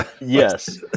Yes